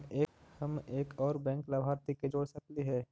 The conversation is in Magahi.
हम एक और बैंक लाभार्थी के जोड़ सकली हे?